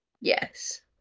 Yes